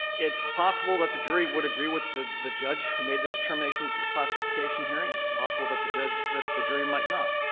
it's possible that the jury would agree with the the judge who made the determination at the the class certification hearing, it's possible that the judge that the jury might not.